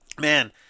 man